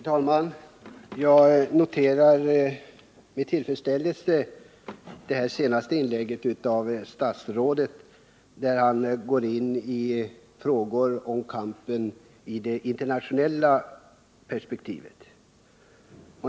Herr talman! Jag noterar med tillfredsställelse det senaste inlägget av statsrådet, där han går in på frågan om kampen i det internationella perspektivet.